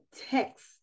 text